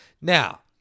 Now